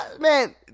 man